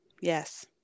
Yes